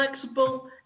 flexible